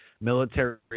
military